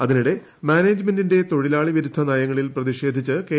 അതിനിടെ മാനേജ്മെന്റിന്റെ തൊഴിലാളി വിരുദ്ധ നയങ്ങളിൽ പ്രതിഷേധിച്ച് കെ